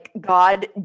God